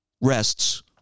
rests